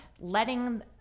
Letting